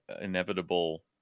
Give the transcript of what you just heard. inevitable